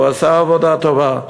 הוא עשה עבודה טובה,